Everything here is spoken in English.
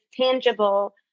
tangible